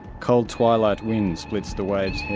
cold twilight winds flits the waves'